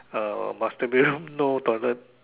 uh master bedroom no toilet